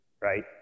right